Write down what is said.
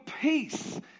peace